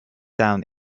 down